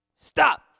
stop